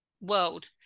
world